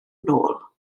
nôl